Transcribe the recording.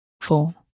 four